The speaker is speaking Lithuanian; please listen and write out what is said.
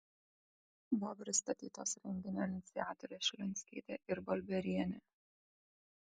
buvo pristatytos renginio iniciatorės šlionskytė ir balbierienė